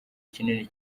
kinini